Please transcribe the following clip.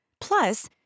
Plus